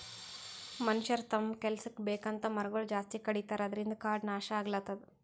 ಮನಷ್ಯರ್ ತಮ್ಮ್ ಕೆಲಸಕ್ಕ್ ಬೇಕಂತ್ ಮರಗೊಳ್ ಜಾಸ್ತಿ ಕಡಿತಾರ ಅದ್ರಿನ್ದ್ ಕಾಡ್ ನಾಶ್ ಆಗ್ಲತದ್